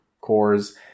Core's